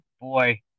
Boy